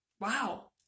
wow